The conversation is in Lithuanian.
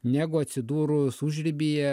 negu atsidūrus užribyje